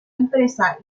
empresa